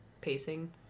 pacing